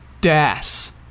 Das